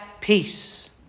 peace